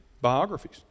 biographies